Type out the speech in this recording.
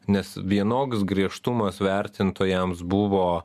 nes vienoks griežtumas vertintojams buvo